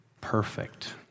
perfect